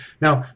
Now